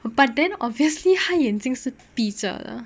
but then obviously 他眼睛是闭着的